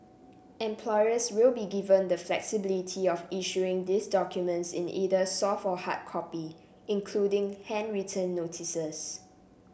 employers will be given the flexibility of issuing these documents in either soft or hard copy including handwritten notices